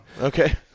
Okay